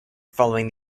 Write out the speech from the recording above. following